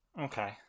Okay